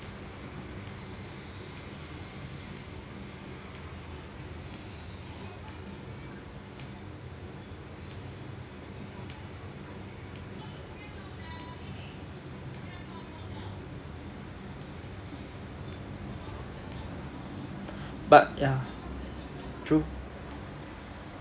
but ya true